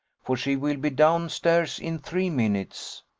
for she will be down stairs in three minutes.